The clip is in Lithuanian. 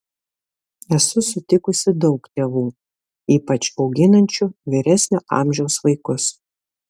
esu sutikusi daug tėvų ypač auginančių vyresnio amžiaus vaikus